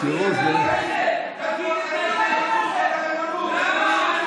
חבר הכנסת סובה, מספיק.